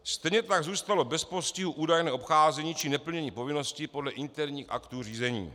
Stejně tak zůstalo bez postihu údajné obcházení či neplnění povinností podle interních aktů řízení.